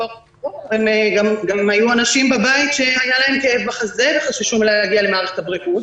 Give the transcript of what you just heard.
גם היו אנשים בבית שהיו להם כאבים בחזה וחששו להגיע למערכת הבריאות,